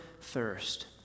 thirst